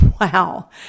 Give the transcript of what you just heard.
Wow